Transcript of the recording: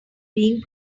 being